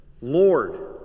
Lord